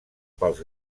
pels